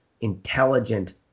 intelligent